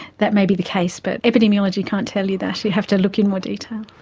that may be the case, but epidemiology can't tell you that, you'd have to look in more detail.